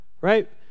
right